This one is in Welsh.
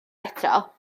eto